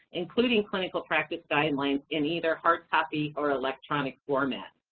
including clinical practice guidelines, in either hard copy or electric format.